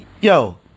Yo